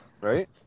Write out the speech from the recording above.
right